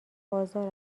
آزار